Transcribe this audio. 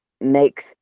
makes